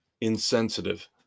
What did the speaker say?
insensitive